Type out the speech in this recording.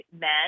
men